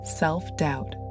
self-doubt